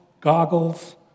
goggles